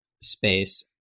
space